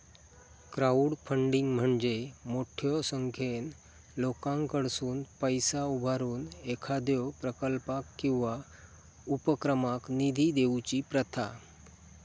crowdfunding म्हणजे मोठ्यो संख्येन लोकांकडसुन पैसा उभारून एखाद्यो प्रकल्पाक किंवा उपक्रमाक निधी देऊची प्रथा